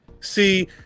see